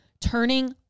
turning